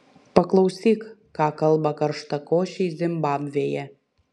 paklausyk ką kalba karštakošiai zimbabvėje